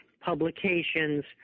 publications